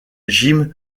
jim